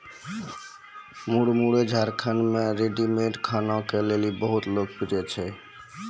मुरमुरे झारखंड मे रेडीमेड खाना के लेली बहुत लोकप्रिय छै